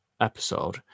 episode